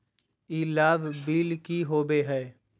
ई लाभ बिल की होबो हैं?